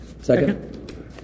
Second